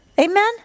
Amen